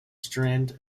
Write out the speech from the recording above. strand